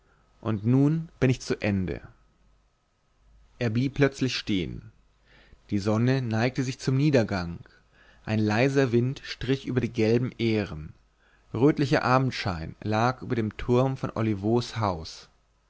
und nun bin ich zu ende er blieb plötzlich stehen die sonne neigte sich zum niedergang ein leiser wind strich über die gelben ähren rötlicher abendschein lag über dem turm von olivos haus